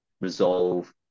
resolve